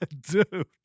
dude